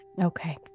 Okay